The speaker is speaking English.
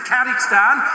Kazakhstan